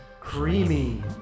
Creamy